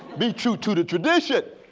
be true to the tradition,